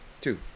Two